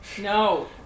No